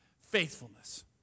Faithfulness